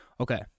Okay